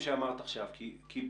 יחד.